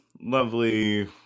lovely